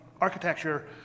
architecture